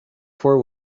for